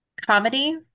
comedy